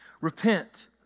repent